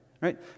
right